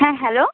হ্যাঁ হ্যালো